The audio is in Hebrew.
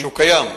שהוא קיים.